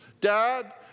Dad